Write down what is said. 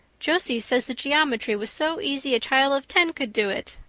josie says the geometry was so easy a child of ten could do it!